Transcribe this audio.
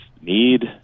need